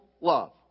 love